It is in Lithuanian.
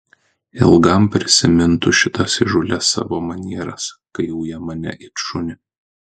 ilgam prisimintų šitas įžūlias savo manieras kai uja mane it šunį